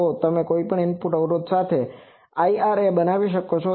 તો તમે કોઈપણ ઇનપુટ અવરોધ સાથે IRA બનાવી શકો છો